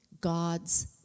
God's